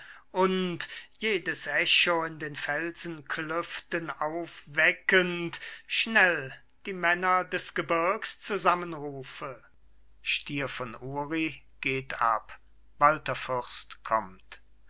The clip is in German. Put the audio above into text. und jedes echo in den felsenklüften aufweckend schnell die männer des gebirgs zusammenrufe stier von uri geht ab walther fürst kommt